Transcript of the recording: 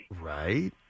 Right